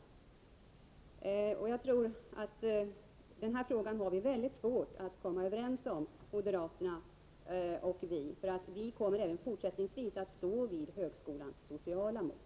Moderaterna och vi har nog mycket svårt att komma överens i denna fråga. Vi socialdemokrater kommer nämligen att även fortsättningsvis hålla fast vid högskolans sociala mål.